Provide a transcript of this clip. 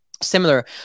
Similar